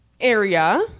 area